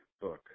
book